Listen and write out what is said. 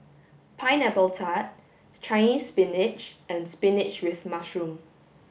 pineapple tart Chinese spinach and spinach with mushroom